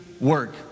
work